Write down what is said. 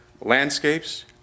landscapes